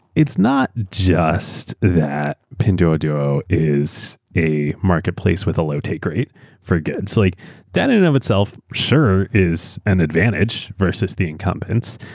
it's not just that pinduoduo is a marketplace with a low take rate for goods. like that in it of itself sure is an advantage versus the incumbents.